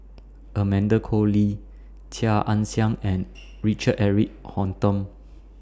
Amanda Koe Lee Chia Ann Siang and Richard Eric Holttum